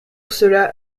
cela